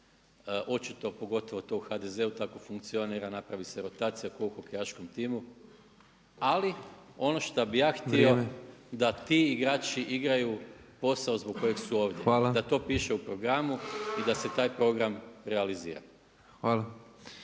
očito pogotovo to u HDZ-u tako funkcionira, napravi se rotacija ko u hokejaškom timu, ali ono što bi ja htio da ti igrači igraju posao zbog kojeg su ovdje. Da to piše u programu i da se taj program realizira.